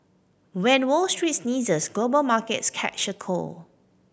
when Wall Street sneezes global markets catch a cold